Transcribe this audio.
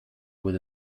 with